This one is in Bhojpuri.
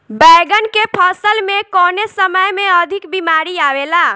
बैगन के फसल में कवने समय में अधिक बीमारी आवेला?